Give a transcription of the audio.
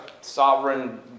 sovereign